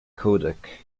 kodak